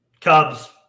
Cubs